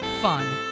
fun